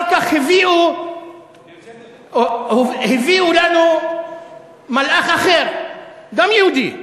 אחר כך הביאו לנו מלאך אחר, גם יהודי,